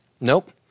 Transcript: Nope